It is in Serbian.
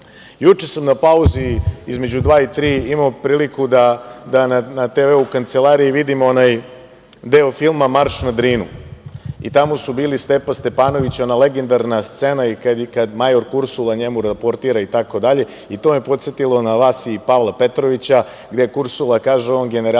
sam na pauzi između dva i tri imao priliku da na TV u kancelariji vidim onaj deo filma „Marš na Drinu“ i tamo su bili Stepa Stepanović, ona legendarna scena kada major Kursula njemu raportira itd. i to me podsetilo na vas i Pavla Petrovića gde Kursula kaže generalu